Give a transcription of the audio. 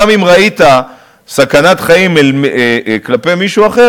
גם אם ראית סכנת חיים כלפי מישהו אחר,